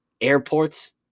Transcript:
airports